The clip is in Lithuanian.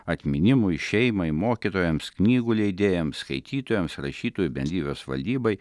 atminimui šeimai mokytojams knygų leidėjams skaitytojams rašytojų bendrijos valdybai